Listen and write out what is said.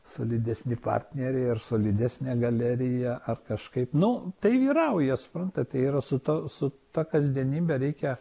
solidesni partneriai ar solidesnė galerija ar kažkaip nu tai vyrauja suprantat yra su ta su ta kasdienybe reikia